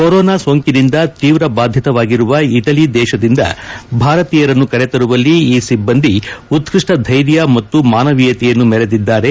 corona ಸೋಂಕಿನಿಂದ ತೀವ್ರ ಭಾದಿತವಾಗಿರುವ ಇಟಲಿ ದೇಶದಿಂದ ಭಾರತೀಯರನ್ನು ಕರೆ ತರುವಲ್ಲಿ ಈ ಸಿಬ್ಬಂದಿ ಉತ್ಪಷ್ಟ ಧೈರ್ಯ ಮತ್ತು ಮಾನವೀಯತೆಯನ್ನು ಮೆರೆದಿದ್ದಾರೆ